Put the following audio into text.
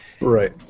Right